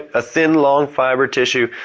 a thin long fiber tissue,